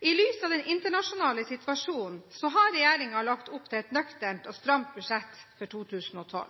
I lys av den internasjonale situasjonen har regjeringen lagt opp til et nøkternt og stramt statsbudsjett for 2012.